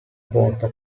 porta